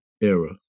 era